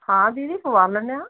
ਹਾਂ ਦੀਦੀ ਪਵਾ ਲੈਂਦੇ ਹਾਂ